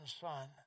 son